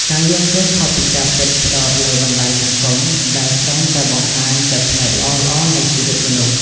ការយល់ឃើញខុសពីការពិត ផ្តោតលើបណ្ដាញសង្គមដែលច្រើនតែបង្ហាញតែផ្នែកល្អៗនៃជីវិតមនុស្ស។